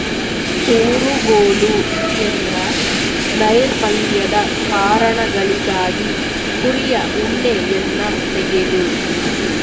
ಊರುಗೋಲು ಎಂದ್ರ ನೈರ್ಮಲ್ಯದ ಕಾರಣಗಳಿಗಾಗಿ ಕುರಿಯ ಉಣ್ಣೆಯನ್ನ ತೆಗೆದು